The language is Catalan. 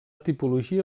tipologia